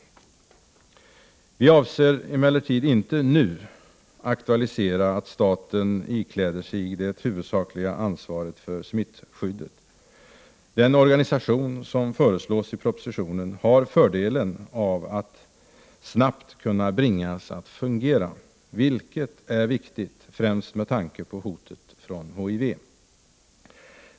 Vi avser emellertid inte nu aktualisera att staten ikläder sig det huvudsakliga ansvaret för smittskyddet. Den organisation som föreslås i propositionen har fördelen att den snabbt kan bringas att fungera, vilket är viktigt främst med tanke på hotet från HIV.